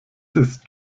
ist